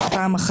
פעם